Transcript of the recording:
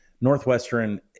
Northwestern